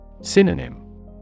Synonym